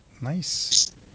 Nice